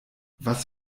was